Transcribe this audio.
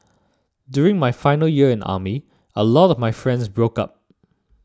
during my final year in army a lot of my friends broke up